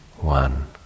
one